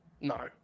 No